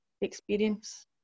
experience